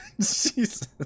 Jesus